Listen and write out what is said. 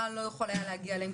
מה לא יכול היה להגיע אליהם?